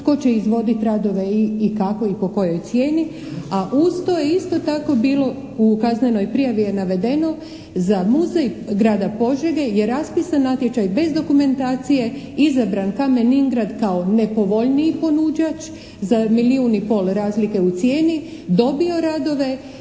tko će izvoditi radove, kako i po kojoj cijeni a uz to je isto tako bilo, u kaznenoj prijavi je navedeno, za muzej grada Požege je raspisan natječaj bez dokumentacije, izabran Kamen Ingrad kao nepovoljniji ponuđač za milijun i pol razlike u cijeni dobio radove,